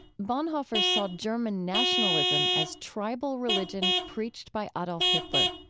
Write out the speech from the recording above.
bonhoeffer saw german nationalism as tribal religion preached by adolf hitler.